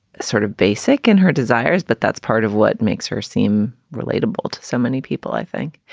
sort of basic in her desires, but that's part of what makes her seem relatable to so many people, i think.